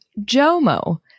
JOMO